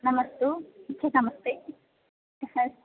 नमस्ते इच्छितमस्ति